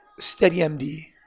SteadyMD